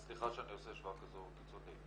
סליחה שאני עושה השוואה כזו קיצונית,